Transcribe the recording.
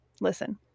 listen